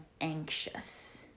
anxious